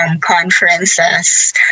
conferences